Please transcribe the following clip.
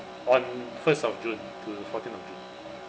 on first of june to fourteen of june